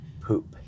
poop